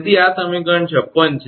તેથી આ સમીકરણ 56 છે